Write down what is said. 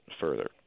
further